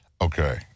Okay